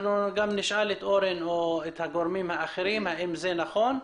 נשאל את אורן ואת הגורמים האחרים אם זה נכון.